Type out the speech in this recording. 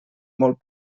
molt